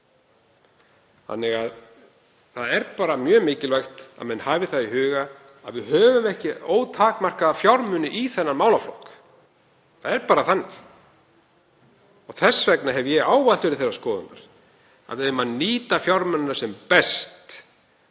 svör. Það er mjög mikilvægt að menn hafi það í huga að við höfum ekki ótakmarkaða fjármuni í þennan málaflokk. Það er bara þannig. Þess vegna hef ég ávallt verið þeirrar skoðunar að við eigum að nýta fjármunina sem best.